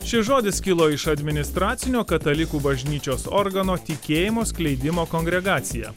šis žodis kilo iš administracinio katalikų bažnyčios organo tikėjimo skleidimo kongregacija